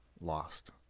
lost